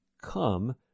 Come